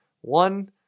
one